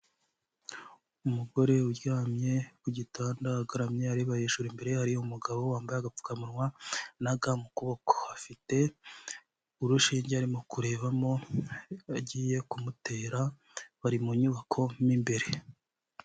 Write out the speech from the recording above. Umugore uryamye ku gitanda agaramye areba hejurura, imbere ye hari umugabo wambaye agapfukamunwa na ga mu kuboko, afite urushinge arimo kurebamo agiye kumutera bari mu nyubako mu imbere.